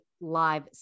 Live